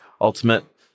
ultimate